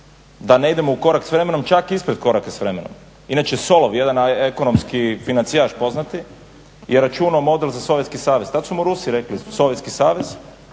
da ne idemo u korak s vremenom, čak ispred koraka s vremenom. Inače solo, jedan ekonomski financijaš poznati je računao model za Sovjetski savez, tada su mu Rusi rekli, Sovjetski savez,